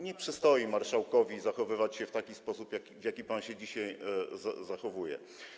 Nie przystoi marszałkowi zachowywać się w taki sposób, w jaki pan się dzisiaj zachowuje.